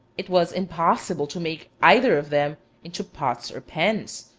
it was impossible to make either of them into pots or pans,